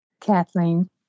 kathleen